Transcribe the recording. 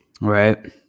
Right